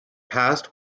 past